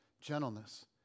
gentleness